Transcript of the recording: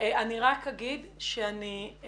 רק אומר לפרוטוקול